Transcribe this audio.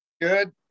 good